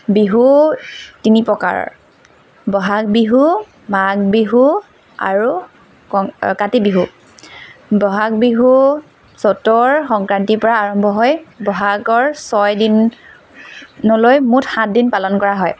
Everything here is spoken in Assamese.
বিহু তিনি প্ৰকাৰৰ বহাগ বিহু মাঘ বিহু আৰু কং কাতি বিহু বহাগ বিহু চ'তৰ সংক্ৰান্তিৰ পৰা আৰম্ভ হয় বহাগৰ ছয় দিনলৈ মুঠ সাতদিন পালন কৰা হয়